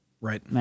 Right